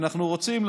ואנחנו רוצים,